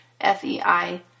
FEI